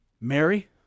Mary